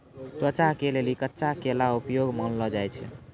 त्वचा के लेली कच्चा केला उपयोगी मानलो जाय छै